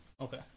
Okay